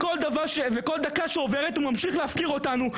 כל דקה שעוברת הוא ממשיך להפקיר אותנו.